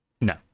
No